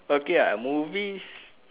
okay ah movies